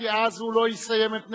כי אז הוא לא יסיים את נאומו.